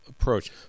approach